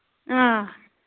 آ